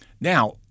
Now